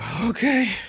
Okay